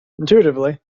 intuitively